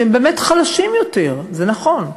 שהם באמת חלשים יותר, זה באמת נכון,